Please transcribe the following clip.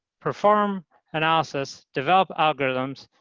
perform analysis, develop algorithms,